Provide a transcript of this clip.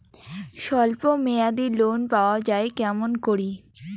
স্বল্প মেয়াদি লোন পাওয়া যায় কেমন করি?